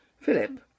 Philip